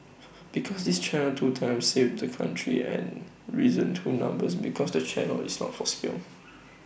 because this channel two times saved the country and reason two number because the channel is not for sale